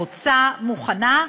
רוצה, מוכנה?